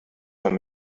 man